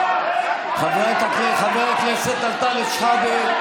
חבר הכנסת אנטאנס שחאדה.